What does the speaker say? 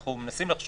אנחנו מנסים לחשוב,